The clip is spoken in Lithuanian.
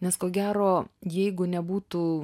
nes ko gero jeigu nebūtų